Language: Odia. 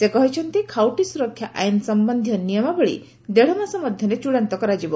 ସେ କହିଛନ୍ତି ଖାଉଟି ସୁରକ୍ଷା ଆଇନ୍ ସମ୍ପନ୍ଧୀୟ ନିୟମାବଳୀ ଦେଢ଼ମାସ ମଧ୍ୟରେ ଚୂଡ଼ାନ୍ତ କରାଯିବ